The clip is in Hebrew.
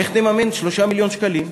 איך תממן 3 מיליון שקלים?